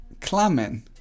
Clamming